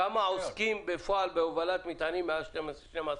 אני מניחה שהמרצים באותן מכללות צריכים ללמוד